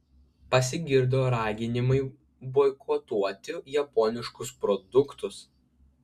pasigirdo raginimai boikotuoti japoniškus produktus